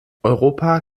europa